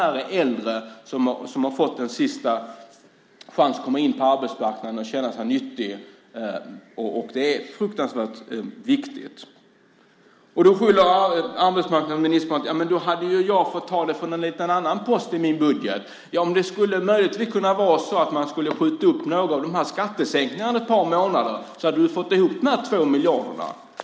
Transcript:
Många av dessa är äldre och har fått en sista chans att komma in på arbetsmarknaden och känna sig nyttiga, och det är fruktansvärt viktigt. Arbetsmarknadsministern skyller på att han hade fått ta det från någon annan post i sin budget. Ja, men det skulle möjligtvis kunna vara så att man kunde skjuta upp några av skattesänkningarna ett par månader. Då hade du fått ihop de här 2 miljarderna!